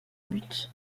but